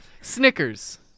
Snickers